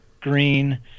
Green